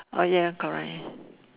oh ya correct